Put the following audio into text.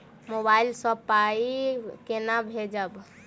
Mobile सँ पाई केना भेजब?